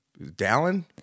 dallin